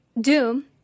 Doom